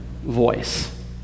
voice